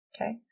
Okay